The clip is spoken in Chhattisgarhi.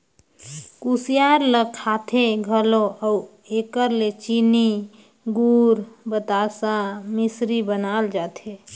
कुसियार ल खाथें घलो अउ एकर ले चीनी, गूर, बतासा, मिसरी बनाल जाथे